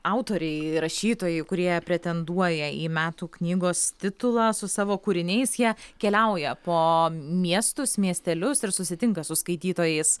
autoriai rašytojai kurie pretenduoja į metų knygos titulą su savo kūriniais jie keliauja po miestus miestelius ir susitinka su skaitytojais